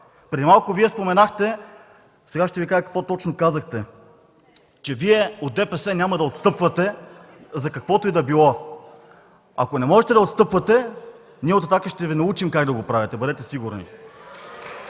Преди малко Вие споменахте, а сега ще Ви кажа какво точно казахте, че Вие от ДПС няма да отстъпвате за каквото и да било. Ако не можете да отстъпвате, ние от „Атака” ще Ви научим как да го правите, бъдете сигурни!